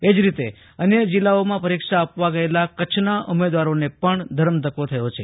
એ જ રીતે અન્ય જિલ્લાઓમાં પરીક્ષા આપવા ગયેલાં કચ્છના ઉમેદવારોને પણ ધરમધક્કો થયો છે